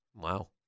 Wow